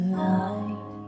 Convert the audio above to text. light